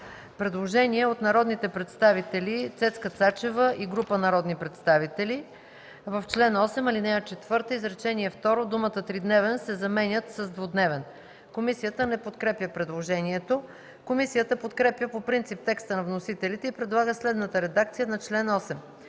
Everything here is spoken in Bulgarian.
Предложение от народните представители Цецка Цачева и група народни представители: „В чл. 8, ал. 4, изречение второ, думата „тридневен” се заменя с „двудневен”.” Комисията не подкрепя предложението. Комисията подкрепя по принцип текста на вносителите и предлага следната редакция на чл. 8: